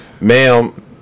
Ma'am